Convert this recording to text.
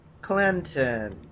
Clinton